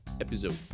episode